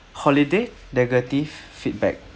holiday negative feedback